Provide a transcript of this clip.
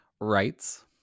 rights